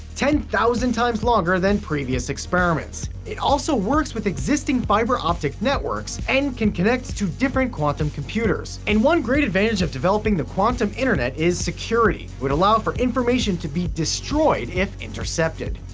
ten thousand times longer than previous experiments. it also works with existing fibre optic networks and can connect to different quantum computers. and one great advantage of developing the quantum internet is security it would allow for information to be destroyed if intercepted.